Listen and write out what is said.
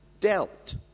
dealt